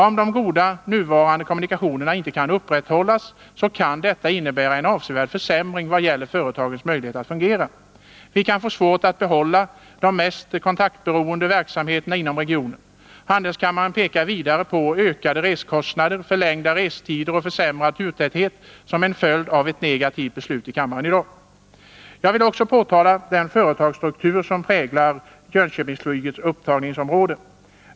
Om de goda nuvarande kommunikationerna inte kan upprätthållas kan detta innebära en avsevärd försämring vad gäller företagens möjligheter att fungera. Vi kan få svårt att behålla de mest kontaktberoende verksamheterna inom regionen. Handelskammaren pekar vidare på ökade resekostnader, förlängda restider och en försämrad turtäthet som en följd av ett negativt beslut i kammaren i dag. Jag vill också påtala den företagsstruktur som präglar Jönköpingsflygets upptagningsområde.